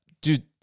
Dude